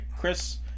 Chris